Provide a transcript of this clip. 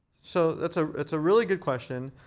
so that's ah that's a really good question.